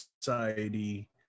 society